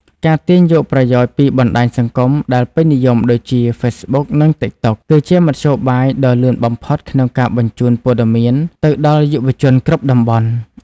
ការទាញយកប្រយោជន៍ពីបណ្ដាញសង្គមដែលពេញនិយមដូចជា ហ្វេសប៊ុក និងតីកតុក គឺជាមធ្យោបាយដ៏លឿនបំផុតក្នុងការបញ្ជូនព័ត៌មានទៅដល់យុវជនគ្រប់តំបន់។